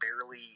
barely